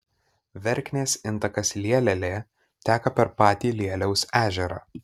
verknės intakas lielelė teka per patį lieliaus ežerą